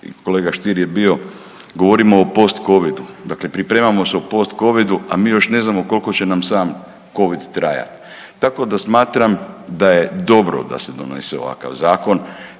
kolega Stier je bio, govorimo o post covidu, dakle pripremamo se o post covidu, a mi još ne znamo kolko će nam sam covid trajat. Tako da smatram da je dobro da se donese ovakav zakon.